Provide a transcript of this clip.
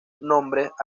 nombres